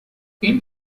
این